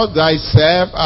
thyself